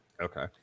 Okay